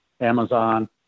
Amazon